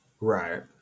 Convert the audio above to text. Right